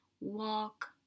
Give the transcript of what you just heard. walk